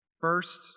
First